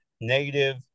negative